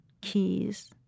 keys